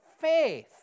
faith